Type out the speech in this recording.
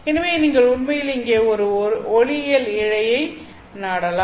எனவே நீங்கள் உண்மையில் இங்கே ஒரு ஒளியியல் இழையை மூடலாம்